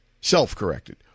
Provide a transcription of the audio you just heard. self-corrected